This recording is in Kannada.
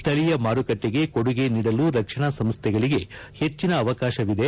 ಸ್ಥಳೀಯ ಮಾರುಕಟ್ಟಿಗೆ ಕೊಡುಗೆ ನೀಡಲು ರಕ್ಷಣಾ ಸಂಸ್ಥೆಗಳಿಗೆ ಹೆಚ್ಚನ ಅವಕಾಶವಿದೆ